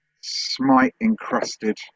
smite-encrusted